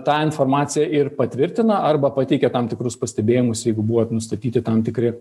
tą informaciją ir patvirtina arba pateikia tam tikrus pastebėjimus jeigu buvo nustatyti tam tikri